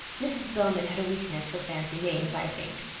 mrs. bowman had a weakness for fancy names i think.